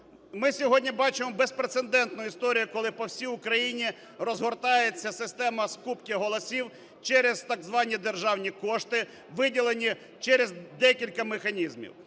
Ми сьогодні бачимо безпрецедентну історію, коли по всій Україні розгортається система скупки голосів через так звані "державні кошти", виділені через декілька механізмів.